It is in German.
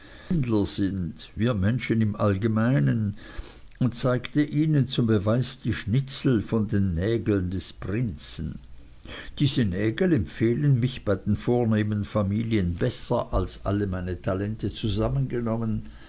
sind wir menschen im allgemeinen und zeigte ihnen zum beweis die schnitzel von den nägeln des prinzen diese nägel empfehlen mich bei den vornehmen familien besser als alle meine talente zusammengenommen